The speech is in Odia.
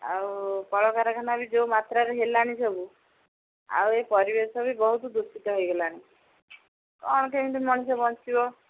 ଆଉ କଳକାରଖାନା ବି ଯୋଉ ମାତ୍ରାରେ ହେଲାଣି ସବୁ ଆଉ ଏ ପରିବେଶ ବି ବହୁତ ଦୂଷିତ ହେଇଗଲାଣି କ'ଣ କେମିତି ମଣିଷ ବଞ୍ଚିବ